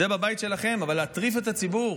זה, בבית שלכם, אבל להטריף את הציבור,